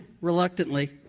reluctantly